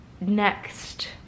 next